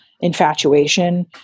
infatuation